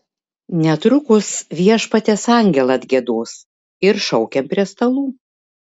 netrukus viešpaties angelą atgiedos ir šaukiam prie stalų